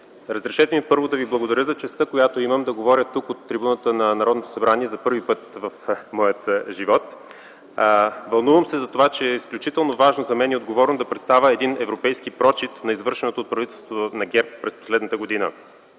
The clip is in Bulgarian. Разрешете ми, първо, да ви благодаря за честа, която имам, да говоря тук от трибуната на Народното събрание за първи път в моя живот. Вълнувам се затова, че е изключително важно и отговорно за мен, да представя един европейски прочит на извършеното от правителството на ГЕРБ през последната година.